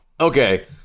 Okay